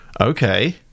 Okay